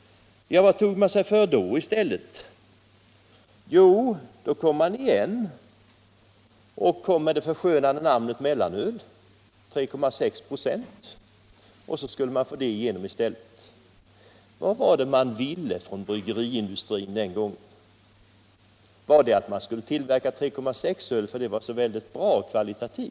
Vad tog man sig då för i stället? Jo, man kom igen och gav ölet det förskönande namnet mellanöl. Det var på 3,6 viktprocent, och då skulle man få igenom det. Vad var det bryggeriindustrin ville den gången? Var det att tillverka 3,6-öl därför att det hade så hög kvalitet?